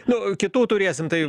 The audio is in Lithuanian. nu kitų turėsim tai